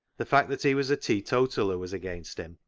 the fact that he was a teetotaler was against him,